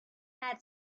had